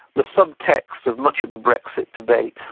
the subtext of much of the brexit debate,